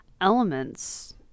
elements